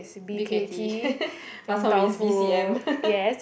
b_k_t bak-chor-mee is b_c_m